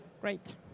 Great